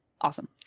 awesome